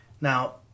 Now